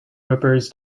rippers